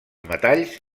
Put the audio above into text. metalls